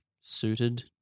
suited